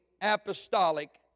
apostolic